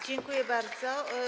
Dziękuję bardzo.